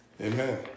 Amen